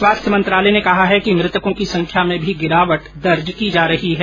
स्वास्थ्य मंत्रालय ने कहा है कि मृतकों की संख्या में भी गिरावट दर्ज की जा रही है